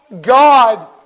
God